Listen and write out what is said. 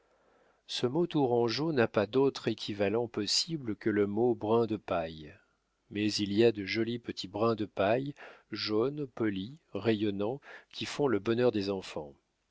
ce mot tourangeau n'a pas d'autre équivalent possible que le mot brin de paille mais il y a de jolis petits brins de paille jaunes polis rayonnants qui font le bonheur des enfants